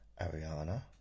Ariana